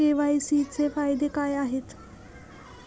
KYC चे फायदे काय आहेत?